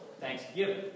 Thanksgiving